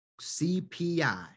CPI